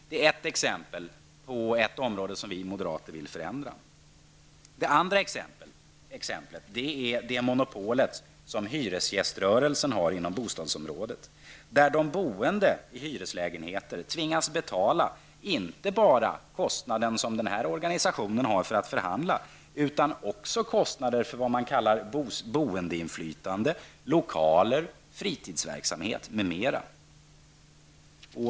Det är ett exempel på ett område som vi moderater vill förändra. Det andra exemplet är det monopol som hyresgäströrelsen har inom bostadsområdet, där de boende i hyreslägenheter tvingas betala inte bara kostnaden som organisationen har för att förhandla utan också kostnader för vad man kallar boinflytande, lokaler, fritidsverksamhet m.m.